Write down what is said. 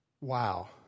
Wow